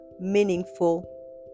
meaningful